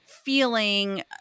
feeling